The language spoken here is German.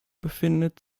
befindet